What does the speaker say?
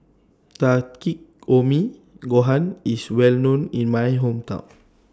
Takikomi Gohan IS Well known in My Hometown